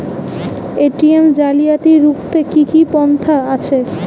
ATM জালিয়াতি রুখতে কি কি পন্থা আছে?